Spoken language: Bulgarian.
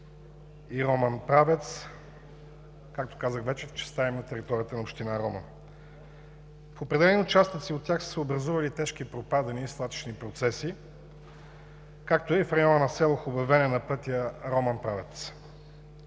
и Роман – Правец, както казах вече, в частта им на територията на община Роман. В определени участъци от тях са се образували тежки пропадания и свлачищни процеси, както и в района на село Хубавене, на пътя Роман – Правец.